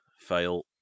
Fail